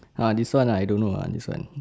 ah this one I don't know lah this one